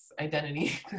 identity